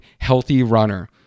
HEALTHYRUNNER